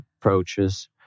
approaches